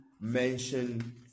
mention